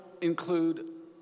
include